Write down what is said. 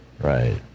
right